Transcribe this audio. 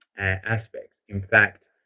aspects, in fact,